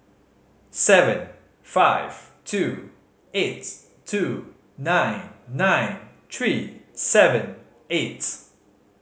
seven five two eight two nine nine three seven eight